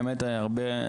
באמת הרבה,